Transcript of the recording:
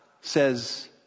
says